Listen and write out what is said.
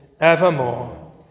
evermore